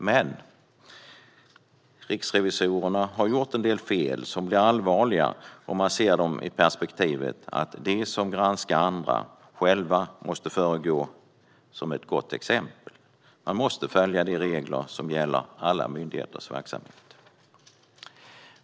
Men riksrevisorerna har gjort en del fel, som blir allvarliga om vi ser på dem ur perspektivet att de som granskar andra själva måste föregå med gott exempel. Man måste följa de regler som gäller alla myndigheters verksamheter.